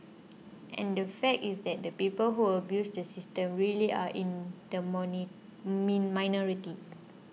and the fact is that the people who abused the system really are in the me minority